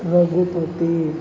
Raghupati